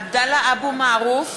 עבדאללה אבו מערוף,